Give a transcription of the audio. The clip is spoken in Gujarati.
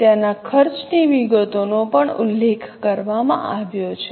ત્યાંના ખર્ચની વિગતોનો પણ ઉલ્લેખ કરવામાં આવ્યો છે